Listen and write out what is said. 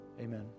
Amen